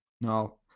No